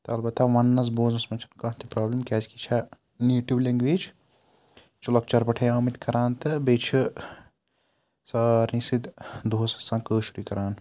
تہٕ البتہ وَننَس بوزنَس منٛز چھِنہٕ کانٛہہ تہِ پرٛابلِم کیٛازِکہِ یہِ چھا نیٹِو لینٛگویج یہِ چھِ لۄکچار پٮ۪ٹھَے آمٕتۍ کَران تہٕ بیٚیہِ چھِ سارنٕے سۭتۍ دۄہَس آسان کٲشرُے کَران